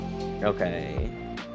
Okay